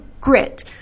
grit